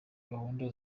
gahunda